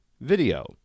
video